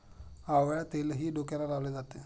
आवळा तेलही डोक्याला लावले जाते